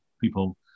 people